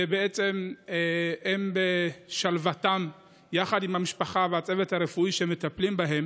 ובעצם הם בשלוותם יחד עם המשפחה והצוות הרפואי שמטפלים בהם.